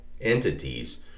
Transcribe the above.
entities